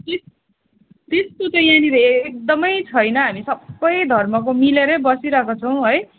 त्यस त्यस्तो त यहाँनिर एकदमै छैन हामी सबै धर्मको मिलेरै बसिरहेको छौँ है